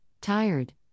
tired